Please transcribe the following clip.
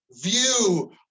view